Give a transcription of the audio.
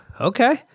okay